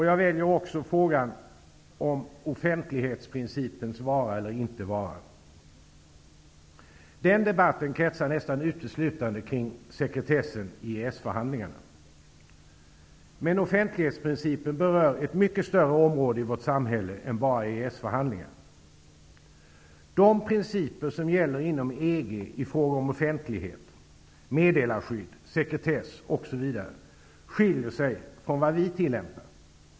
Jag väljer också frågan om offentlighetsprincipens vara eller icke vara. Den debatten kretsar nästan uteslutande kring sekretessen i EES-förhandlingarna. Men offentlighetsprincipen berör ett mycket större område i vårt samhälle än bara EES De principer som gäller inom EG i fråga om offentlighet, meddelarskydd, sekretess osv. skiljer sig från vad vi tillämpar.